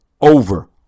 over